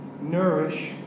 Nourish